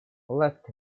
left